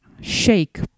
shake